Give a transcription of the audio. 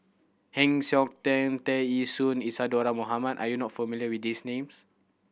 Heng Siok Tian Tear Ee Soon Isadhora Mohamed are you not familiar with these names